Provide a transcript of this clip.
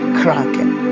cracking